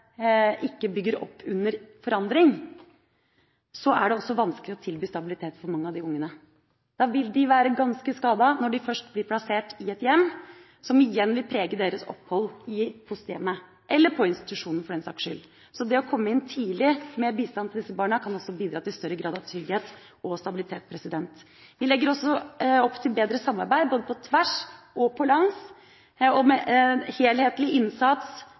ikke bygger opp under forandring – er det også vanskelig å tilby stabilitet til mange av de barna. Da vil de være ganske skadet når de først blir plassert i et hjem, noe som igjen vil prege deres opphold i fosterhjemmet eller på institusjonen, for den saks skyld. Det å komme inn tidlig med bistand til disse barna kan også bidra til større grad av trygghet og stabilitet. Vi legger også opp til bedre samarbeid – på tvers og på langs – og helhetlig innsats